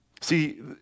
See